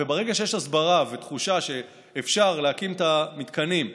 וברגע שיש הסברה ותחושה שאפשר להקים את המתקנים,